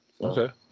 Okay